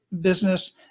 business